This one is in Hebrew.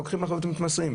שלוקחים אחריות ומתמסרים,